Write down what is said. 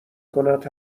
کند